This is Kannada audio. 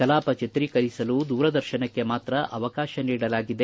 ಕಲಾಪ ಚಿತ್ರೀಕರಿಸಲು ದೂರದರ್ಶನಕ್ಕೆ ಮಾತ್ರ ಅವಕಾಶ ನೀಡಲಾಗಿದೆ